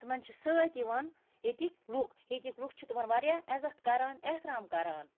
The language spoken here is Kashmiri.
تِمَن چھِ سۭتۍ یِوان ییٚتِکۍ لُکھ ییٚتِکۍ لُکھ چھِ تِمَن واریاہ عزت کَران احترام کَران